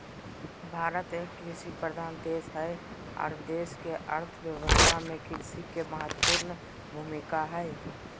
भारत एक कृषि प्रधान देश हई आर देश के अर्थ व्यवस्था में कृषि के महत्वपूर्ण भूमिका हई